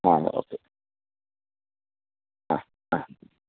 ആ ഓക്കെ അ അ